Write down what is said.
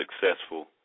successful